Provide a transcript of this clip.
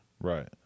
Right